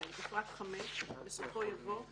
(2) בפרט (5), בסופו יבוא "ב.